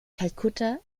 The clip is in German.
kalkutta